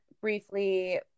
briefly